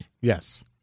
Yes